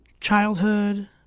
childhood